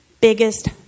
biggest